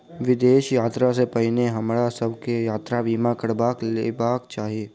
विदेश यात्रा सॅ पहिने हमरा सभ के यात्रा बीमा करबा लेबाक चाही